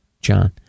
John